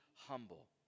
humble